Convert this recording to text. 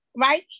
right